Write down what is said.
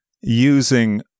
using